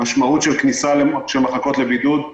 המשמעות של כניסה של מחלקות לבידוד,